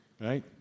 right